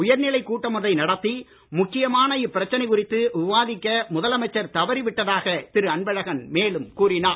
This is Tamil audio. உயர்நிலை கூட்டம் ஒன்றை நடத்தி முக்கியமான இப்பிரச்சனை குறித்து விவாதிக்க முதலமைச்சர் தவறிவிட்டதாக திரு அன்பழகன் மேலும் கூறினார்